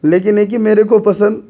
لیکن یہ کہ میرے کو پسند